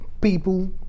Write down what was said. people